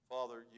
Father